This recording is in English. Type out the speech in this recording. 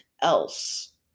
else